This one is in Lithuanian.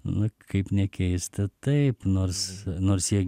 nu kaip nekeista taip nors nors jie